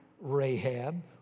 Rahab